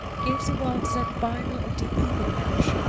gave the world that bible of the ubermensch,